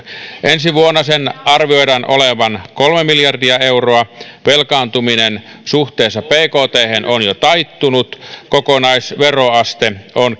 ensi vuonna sen arvioidaan olevan kolme miljardia euroa velkaantuminen suhteessa bkthen on jo taittunut kokonaisveroaste on